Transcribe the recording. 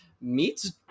meats